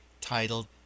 titled